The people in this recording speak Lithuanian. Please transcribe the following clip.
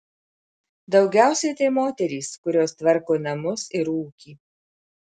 daugiausiai tai moterys kurios tvarko namus ir ūkį